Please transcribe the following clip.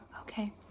Okay